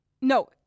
No